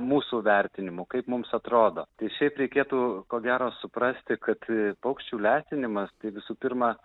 mūsų vertinimu kaip mums atrodo tai šiaip reikėtų ko gero suprasti kad a paukščių lesinimas tai visų pirma